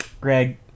Greg